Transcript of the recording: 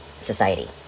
society